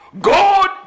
God